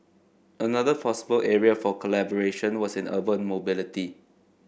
another possible area for collaboration was in urban mobility